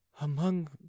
Among